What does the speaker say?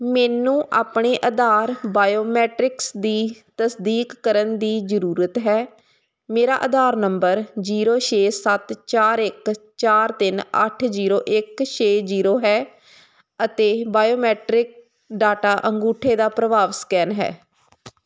ਮੈਨੂੰ ਆਪਣੇ ਆਧਾਰ ਬਾਇਓਮੈਟ੍ਰਿਕਸ ਦੀ ਤਸਦੀਕ ਕਰਨ ਦੀ ਜ਼ਰੂਰਤ ਹੈ ਮੇਰਾ ਆਧਾਰ ਨੰਬਰ ਜੀਰੋ ਛੇ ਸੱਤ ਚਾਰ ਇੱਕ ਚਾਰ ਤਿੰਨ ਅੱਠ ਜੀਰੋ ਇੱਕ ਛੇ ਜੀਰੋ ਹੈ ਅਤੇ ਬਾਇਓਮੈਟ੍ਰਿਕ ਡਾਟਾ ਅੰਗੂਠੇ ਦਾ ਪ੍ਰਭਾਵ ਸਕੈਨ ਹੈ